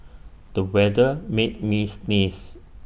the weather made me sneeze